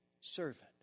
servant